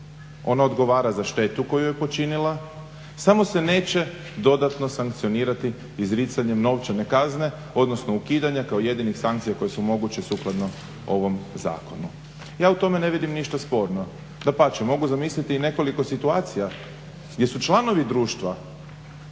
Ona odgovara za štetu koju je počinila. Samo se neće dodatno sankcionirati izricanjem novčane kazne, odnosno ukidanja kao jedinih sankcija koje su moguće sukladno ovom zakonu. Ja u tome ne vidim ništa sporno. Dapače, mogu zamisliti i nekoliko situacija gdje su članovi društva